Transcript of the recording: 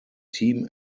team